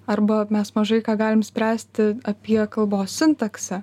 arba mes mažai ką galim spręsti apie kalbos sintaksę